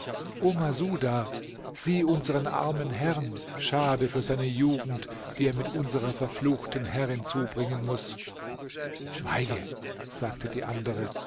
masuda sieh unseren armen herrn schade für seine jugend die er mit unserer verfluchten herrin zubringen muß schweige sagte die andere